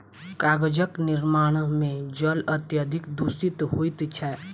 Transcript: कागजक निर्माण मे जल अत्यधिक दुषित होइत छै